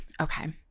Okay